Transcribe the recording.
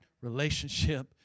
relationship